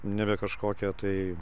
nebe kažkokia tai